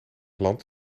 land